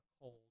cold